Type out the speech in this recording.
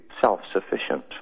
self-sufficient